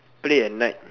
play at night